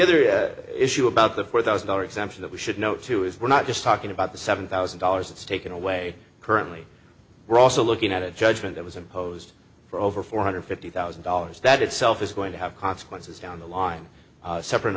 other issue about the four thousand dollar exemption that we should note too is we're not just talking about the seven thousand dollars it's taken away currently we're also looking at a judgment that was imposed for over four hundred fifty thousand dollars that itself is going to have consequences down the line separate